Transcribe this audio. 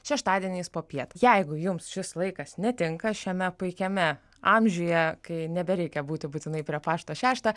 šeštadieniais popiet jeigu jums šis laikas netinka šiame puikiame amžiuje kai nebereikia būti būtinai prie pašto šeštą